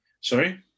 Sorry